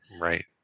Right